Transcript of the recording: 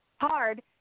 hard